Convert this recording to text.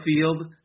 field